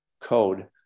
code